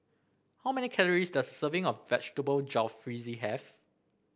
how many calories does serving of Vegetable Jalfrezi have